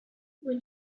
when